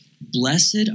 Blessed